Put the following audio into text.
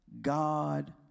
God